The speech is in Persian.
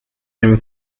نمی